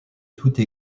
toutes